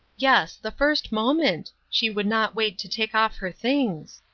yes the first moment. she would not wait to take off her things.